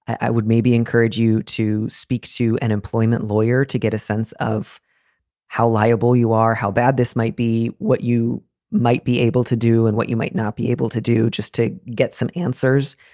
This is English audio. i would maybe encourage you to speak to an employment lawyer to get a sense of how liable you are, how bad this might be, what you might be able to do and what you might not be able to do just to get some answers.